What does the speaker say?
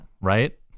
right